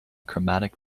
chromatic